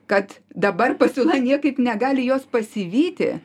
kad dabar pasiūla niekaip negali jos pasivyti